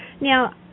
Now